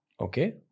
Okay